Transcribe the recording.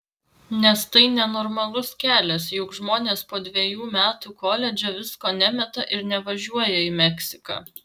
nes tai nenormalus kelias juk žmonės po dvejų metų koledže visko nemeta ir nevažiuoja į meksiką